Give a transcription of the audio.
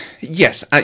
Yes